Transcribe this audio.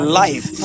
life